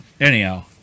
anyhow